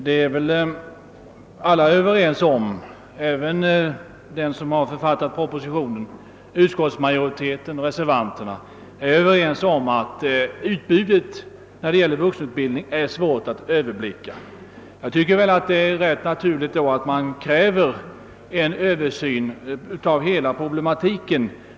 Herr talman! Alla — den som har författat propositionen, utskottsmajoriteten och reservanterna — är väl överens om att utbudet i fråga om vuxenutbildning är svårt att överblicka. Jag tycker därför att det är rätt naturligt att man kräver en översyn av hela problematiken.